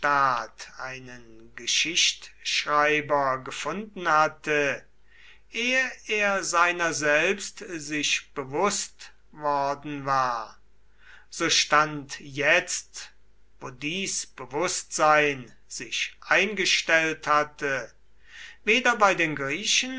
einen geschichtschreiber gefunden hatte ehe er seiner selbst sich bewußt worden war so stand jetzt wo dies bewußtsein sich eingestellt hatte weder bei den griechen